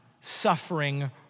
suffering